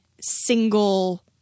Single